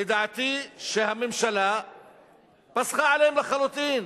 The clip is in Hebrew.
לדעתי, שהממשלה פסחה עליהם לחלוטין: